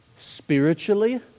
Spiritually